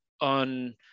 on